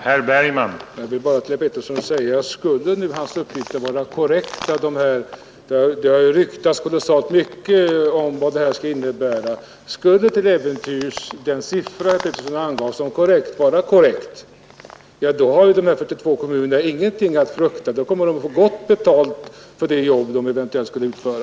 Herr talman! Jag vill bara säga några ord till herr Petersson i Nybro. Det har ju ryktats kolossalt mycket om vad denna reform kan innebära, men skulle till äventyrs den siffra som herr Petersson angav som korrekt vara detta, har ju de där 42 kommunerna ingenting att frukta. Då kommer de att få bra betalt för det jobb de skall utföra.